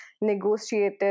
negotiated